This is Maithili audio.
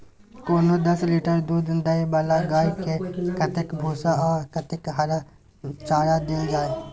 कोनो दस लीटर दूध दै वाला गाय के कतेक भूसा आ कतेक हरा चारा देल जाय?